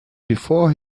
before